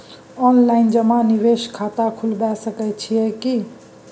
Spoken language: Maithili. ऑनलाइन जमा निवेश खाता खुलाबय सकै छियै की?